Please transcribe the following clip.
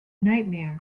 nightmare